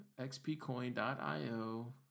xpcoin.io